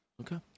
Okay